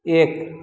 एक